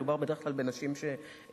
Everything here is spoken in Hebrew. מדובר בדרך כלל בנשים שנחטפו,